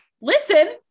listen